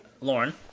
Lauren